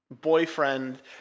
boyfriend